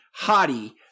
hottie